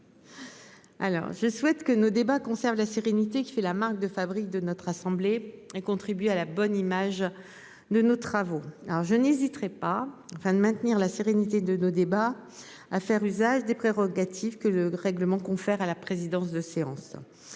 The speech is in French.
je souhaite que nos débats, concerts, la sérénité qui fait la marque de fabrique de notre assemblée et contribue à la bonne image ne nos travaux alors je n'hésiterai pas enfin de maintenir la sérénité de nos débats à faire usage des prérogatives que le règlement confère à la présidence de séance.